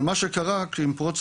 מה שקרה עם פרוץ